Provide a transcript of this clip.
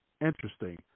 Interesting